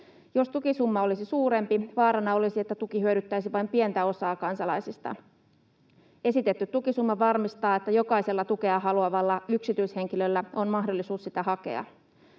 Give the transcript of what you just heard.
Jos tukisumma olisi suurempi, vaarana olisi, että tuki hyödyttäisi vain pientä osaa kansalaisista. Esitetty tukisumma varmistaa, että jokaisella tukea haluavalla yksityishenkilöllä on mahdollisuus sitä hakea.